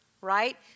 right